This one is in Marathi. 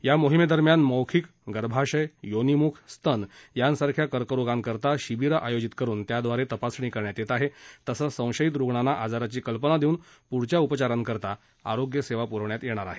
या मोहिमेदरम्यान मौखिक गर्भाशय योनिमुख स्तन यांसारख्या कर्करोगाकरता शिबिर आयोजित करून त्याद्वारे तपासणी करण्यात येत आहे तसंच संशयीत रूग्णांना आजाराची कल्पना देवून पुढील उपचाराकरीता आरोग्य सेवा पुरविण्यात येणार आहे